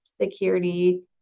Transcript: security